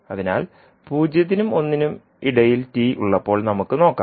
അതിനാൽ ഇടയിൽ നമുക്ക് നോക്കാം